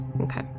Okay